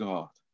God